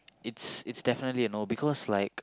it's definitely a no because like